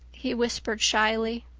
he whispered shyly,